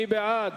מי בעד?